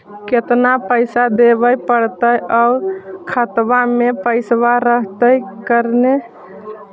केतना पैसा देबे पड़तै आउ खातबा में पैसबा रहतै करने?